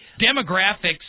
Demographics